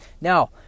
Now